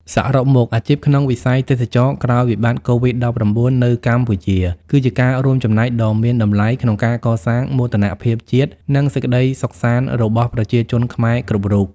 សរុបមក អាជីពក្នុងវិស័យទេសចរណ៍ក្រោយវិបត្តិកូវីដ១៩នៅកម្ពុជា គឺជាការរួមចំណែកដ៏មានតម្លៃក្នុងការកសាងមោទនភាពជាតិ និងសេចក្តីសុខសាន្តរបស់ប្រជាជនខ្មែរគ្រប់រូប។